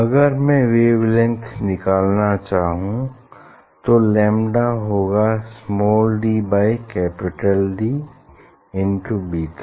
अगर मैं वेवलेंग्थ निकालना चाहूँ तो लैम्डा होगा small D by capital D into beta